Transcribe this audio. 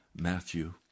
Matthew